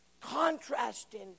contrasting